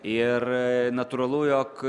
ir natūralu jog